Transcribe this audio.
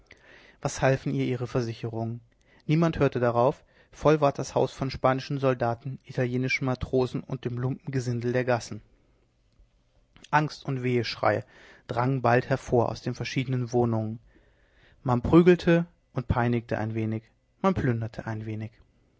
was halfen ihr ihre versicherungen niemand hörte darauf voll ward das haus von spanischen soldaten italienischen matrosen und dem lumpengesindel der gassen angst und wehschreie drangen bald hervor aus den verschiedenen wohnungen man prügelte und peinigte ein wenig man plünderte ein wenig